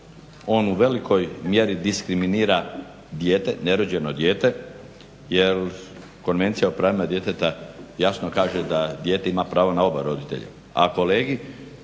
On u velikoj mjeri diskriminira nerođeno dijete jer Konvencija o pravima djeteta jasno kaže da dijete ima pravo na oba roditelja.